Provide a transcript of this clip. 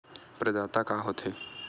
प्रदाता का हो थे?